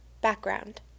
Background